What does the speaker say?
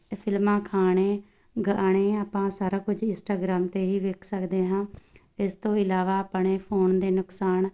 ਫਿਲਮਾਂ ਖਾਣੇ ਗਾਣੇ ਆਪਾਂ ਸਾਰਾ ਕੁਝ ਇੰਸਟਾਗਰਾਮ 'ਤੇ ਹੀ ਵੇਖ ਸਕਦੇ ਹਾਂ ਇਸ ਤੋਂ ਇਲਾਵਾ ਆਪਣੇ ਫੋਨ ਦੇ ਨੁਕਸਾਨ